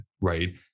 right